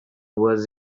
was